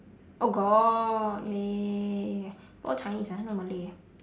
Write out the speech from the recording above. oh got ya ya ya ya ya ya all chinese ah no malay ah